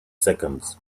seconds